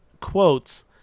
quotes